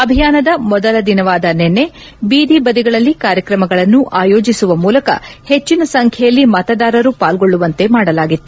ಅಭಿಯಾನದ ಮೊದಲ ದಿನವಾದ ನಿನ್ನೆ ಬೀದಿ ಬದಿಗಳಲ್ಲಿ ಕಾರ್ಯಕ್ರಮಗಳನ್ನು ಆಯೋಜಿಸುವ ಮೂಲಕ ಹೆಚ್ಚಿನ ಸಂಖ್ಯೆಯಲ್ಲಿ ಮತದಾರರು ಪಾಲ್ಗೊಳ್ಳುವಂತೆ ಮಾಡಲಾಗಿತ್ತು